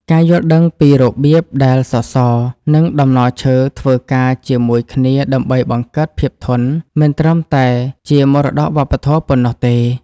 ការយល់ដឹងពីរបៀបដែលសសរ និងតំណឈើធ្វើការជាមួយគ្នាដើម្បីបង្កើតភាពធន់ មិនត្រឹមតែជាមរតកវប្បធម៌ប៉ុណ្ណោះទេ។